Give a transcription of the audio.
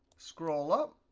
scroll up.